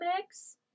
mix